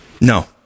No